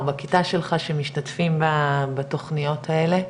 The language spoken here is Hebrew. או בכיתה שלך משתתפים בתוכניות האלה?